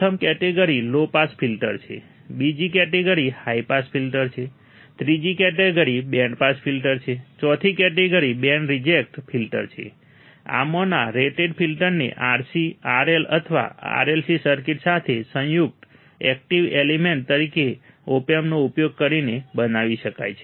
પ્રથમ category low pass filter છે બીજી કેટેગરી હાઈ પાસ ફિલ્ટર છે ત્રીજી કેટેગરી બેન્ડ પાસ ફિલ્ટર છે ચોથી કેટેગરી બેન્ડ રિજેક્ટ ફિલ્ટર છે આમાંના રેટેક ફિલ્ટરને RC RL અથવા RLC સર્કિટ સાથે સંયુક્ત એકટીવ એલિમેન્ટ તરીકે ઓપએમ્પનો ઉપયોગ કરીને બનાવી શકાય છે